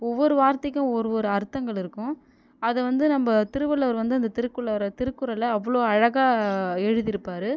ஒவ்வொரு வார்த்தைக்கும் ஒரு ஒரு அர்த்தங்கள் இருக்கும் அதை வந்து நம்ம திருவள்ளுவர் வந்து அந்த திருக்குள்ளாற திருக்குறளை அவ்வளோ அழகாக எழுதிருப்பாரு